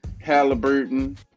Halliburton